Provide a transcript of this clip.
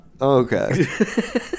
Okay